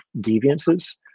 deviances